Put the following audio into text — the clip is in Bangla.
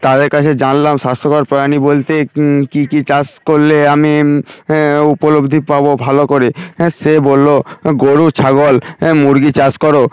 তাদের কাছে জানলাম স্বাস্থ্যকর প্রাণী বলতে কী কী চাষ করলে আমি উপলব্ধি পাব ভালো করে হ্যাঁ সে বলল গরু ছাগল হ্যাঁ মুরগি চাষ কর